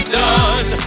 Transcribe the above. done